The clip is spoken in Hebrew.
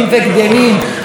אתה יוצא לשכונה,